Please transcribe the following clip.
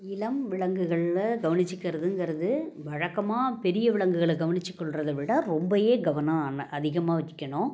இளம் விலங்குகளில் கவனிச்சுக்கறதுங்கிறது வழக்கமாக பெரிய விலங்குகளை கவனித்துக் கொள்கிறத விட ரொம்பவே கவனம் அ அதிகமாக வைக்கணும்